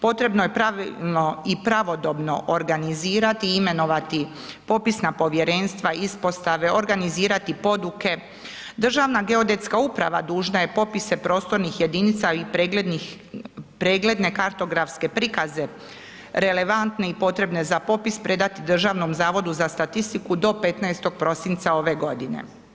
Potrebno je pravilno i pravodobno organizirati i imenovati popisna povjerenstva, ispostave, organizirati poduke, Državna geodetska uprava dužna je popise prostornih jedinica i preglednih, pregledne kartografske prikaze relevantne i potrebne za popis predati Državnom zavodu za statistiku do 15. prosinca ove godine.